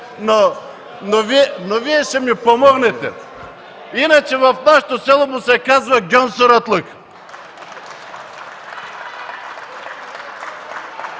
Но Вие ще ми помогнете. Иначе в нашето село му се казва гьонсуратлък.